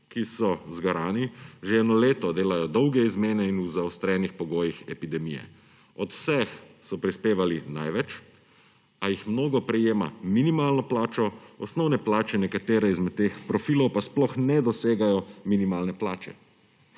ki so zgarani. Že eno leto delajo dolge izmene in v zaostrenih pogojih epidemije. Od vseh so prispevali največ, a jih mnogo prejema minimalno plačo, osnovne plače nekatere izmed teh profilov pa sploh ne dosegajo minimalne plače.